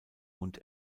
und